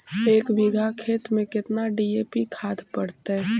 एक बिघा खेत में केतना डी.ए.पी खाद पड़तै?